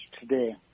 today